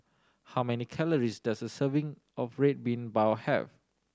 how many calories does a serving of Red Bean Bao have